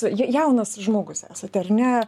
ja jaunas žmogus esate ar ne